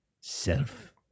self